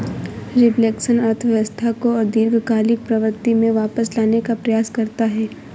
reflection अर्थव्यवस्था को दीर्घकालिक प्रवृत्ति में वापस लाने का प्रयास करता है